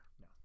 No